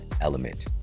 element